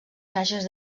caixes